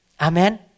Amen